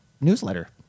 newsletter